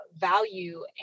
Value